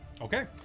Okay